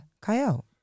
Kyle